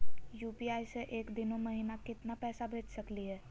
UPI स एक दिनो महिना केतना पैसा भेज सकली हे?